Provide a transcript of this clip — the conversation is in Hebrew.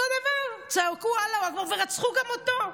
אותו דבר, צעקו "אללה אכבר" ורצחו גם אותו.